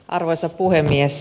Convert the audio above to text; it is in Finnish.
arvoisa puhemies